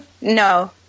No